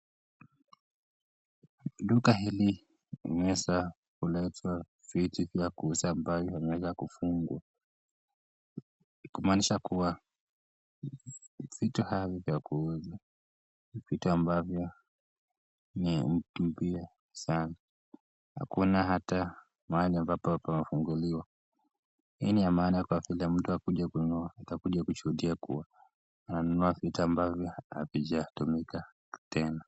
Duka hili limeeza kuwekwa vitu za kuuza ambazo limeeza kufungwa, kumaanisha kuwa vitu ambavyo ni vya kuuza, ni vitu hutumiwa sana, hakuna hata mahali ambapo hufunguliwa, hii ni ya maana kwani mtu atakuja kununua, takija kushuhudia kuwa ananunua vitu ambavyo havijatumika tena.